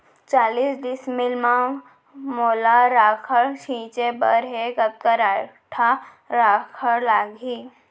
चालीस डिसमिल म मोला राखड़ छिंचे बर हे कतका काठा राखड़ लागही?